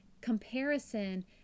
comparison